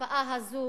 ההקפאה הזאת